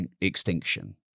extinction